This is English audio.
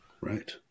Right